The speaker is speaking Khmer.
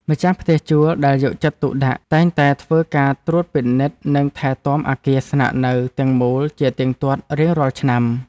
ម្ចាស់ផ្ទះជួលដែលយកចិត្តទុកដាក់តែងតែធ្វើការត្រួតពិនិត្យនិងថែទាំអគារស្នាក់នៅទាំងមូលជាទៀងទាត់រៀងរាល់ឆ្នាំ។